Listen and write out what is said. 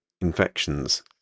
infections